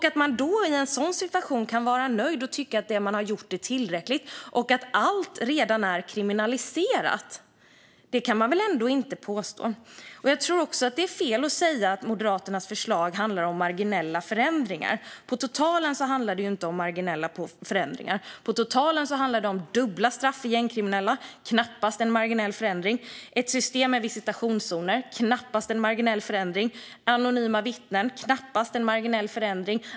Att i en sådan situation säga att man är nöjd och tycka att det man har gjort är tillräckligt och att allt redan är kriminaliserat kan man väl ändå inte göra. Jag tror också att det är fel att säga att Moderaternas förslag handlar om marginella förändringar. På totalen handlar det inte om marginella förändringar. På totalen handlar det om dubbla straff för gängkriminella - knappast en marginell förändring. Ett system med visitationszoner är knappast en marginell förändring. Anonyma vittnen är knappast en marginell förändring.